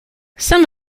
some